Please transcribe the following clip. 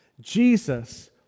Jesus